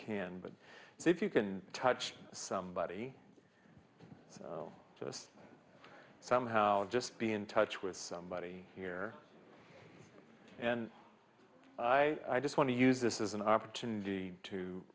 can but if you can touch somebody just somehow just be in touch with somebody here and i just want to use this is an opportunity to